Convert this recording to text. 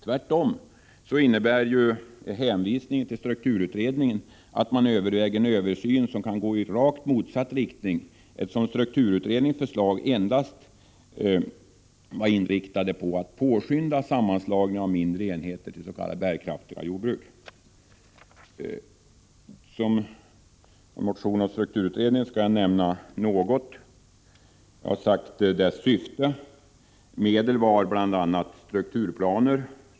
Tvärtom innebär en hänvisning till strukturutredningen att man överväger en översyn som kan gå i rakt motsatt riktning, eftersom strukturutredningens förslag endast var inriktade på att påskynda sammanslagning av mindre enheter till s.k. bärkraftiga jordbruk. Jag skall nämna några av förslagen i strukturutredningen. Ett av de medel för att påskynda en sammanslagning som utredningen föreslog var att strukturplaner skulle upprättas.